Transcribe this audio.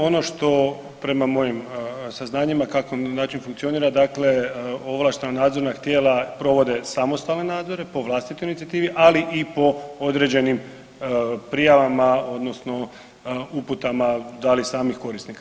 Ono što prema mojim saznanjima kako način funkcionira, dakle ovlaštena nadzorna tijela provode samostalne nadzore po vlastitoj inicijativi ali i po određenim prijavama odnosno uputama da li samih korisnika.